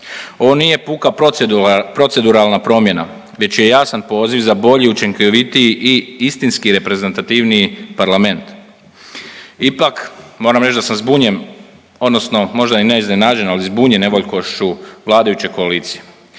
Ovo nije puka proceduralna promjena već je jasan poziv za bolji i učinkovitiji i istinski i reprezentativniji parlament. Ipak moram reć da sam zbunjen odnosno možda ne iznenađen, ali zbunjen nevoljkošću vladajuće koalicije.